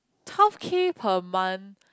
twelve K per month